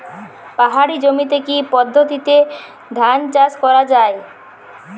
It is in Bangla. পাহাড়ী জমিতে কি পদ্ধতিতে ধান চাষ করা যায়?